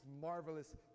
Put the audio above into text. marvelous